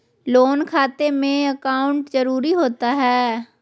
Loan खाते में account जरूरी होता है?